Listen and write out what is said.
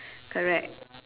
correct